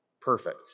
perfect